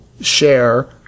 share